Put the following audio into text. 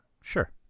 sure